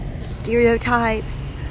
stereotypes